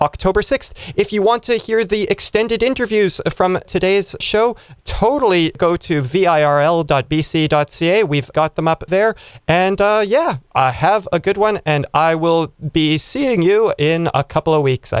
october sixth if you want to hear the extended interviews from today's show totally go to v i r l dot b c dot ca we've got them up there and yeah i have a good one and i will be seeing you in a couple of weeks